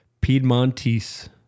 Piedmontese